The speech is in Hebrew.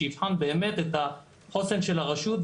שיבחן באמת את החוסן של הרשות,